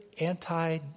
anti